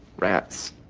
rats.